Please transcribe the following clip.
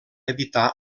editar